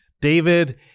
David